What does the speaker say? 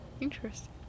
Interesting